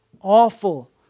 awful